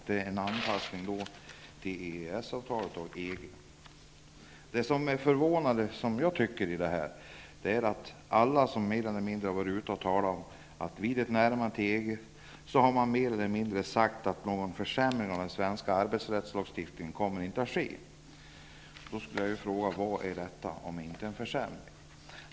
Det är en anpassning till Alla som har talat för ett närmande till EG har mer eller mindre sagt att det inte kommer att ske någon försämring av den svenska arbetsrättslagstiftningen. Vad är då detta, om inte en försämring?